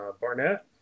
Barnett